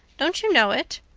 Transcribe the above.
don't you know it?